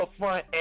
upfront